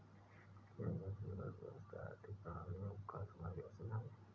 क्या वैश्विक अर्थव्यवस्था आर्थिक प्रणालियों का समावेशन है?